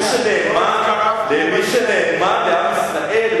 למי שנאמן לעם ישראל,